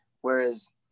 Whereas